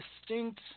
distinct